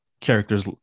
character's